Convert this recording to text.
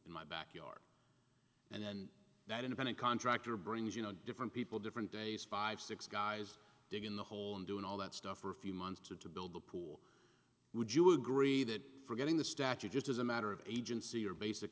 in my backyard and then that independent contractor brings you know different people different days five six guys digging the hole and doing all that stuff for a few months to to build the pool would you agree that forgetting the statute just as a matter of agency or basic